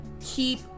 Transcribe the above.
keep